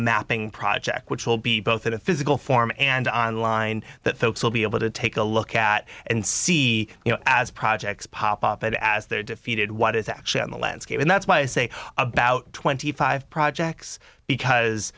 mapping project which will be both in a physical form and on line that folks will be able to take a look at and see you know as projects pop up as they're defeated what is actually on the landscape that's why i say about twenty five projects because